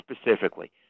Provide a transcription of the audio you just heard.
specifically